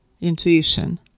intuition